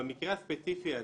במקרה הספציפי הזה,